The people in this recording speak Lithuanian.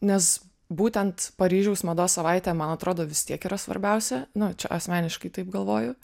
nes būtent paryžiaus mados savaitė man atrodo vis tiek yra svarbiausia nu čia asmeniškai taip galvoju